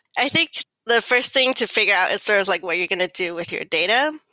i think the fi rst thing to fi gure out is sort of like what you're going to do with your data.